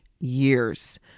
years